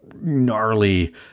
gnarly